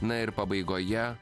na ir pabaigoje